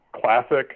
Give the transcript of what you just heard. classic